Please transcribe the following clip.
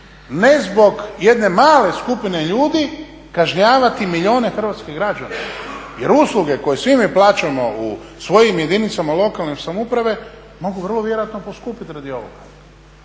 Ne zbog jedne male skupine ljudi kažnjavati milijune hrvatskih građana jer usluge koje svi mi plaćamo u svojim jedinicama lokalne samouprave mogu vrlo vjerojatno poskupiti radi ovoga.